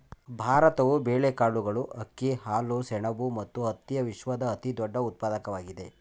ಭಾರತವು ಬೇಳೆಕಾಳುಗಳು, ಅಕ್ಕಿ, ಹಾಲು, ಸೆಣಬು ಮತ್ತು ಹತ್ತಿಯ ವಿಶ್ವದ ಅತಿದೊಡ್ಡ ಉತ್ಪಾದಕವಾಗಿದೆ